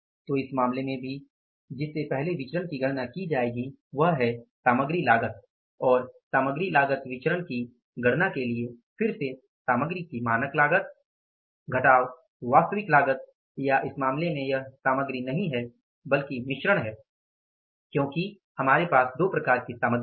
तो इस मामले में भी जिस पहले विचरण की गणना की जाएगी वह है सामग्री लागत और सामग्री लागत विचरण की गणना के लिए फिर से सामग्री की मानक लागत घटाव वास्तविक लागत या इस मामले में यह सामग्री नहीं है बल्कि मिश्रण है क्योंकि हमारे पास दो प्रकार की सामग्री है